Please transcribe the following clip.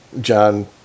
John